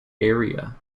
area